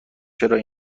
اینا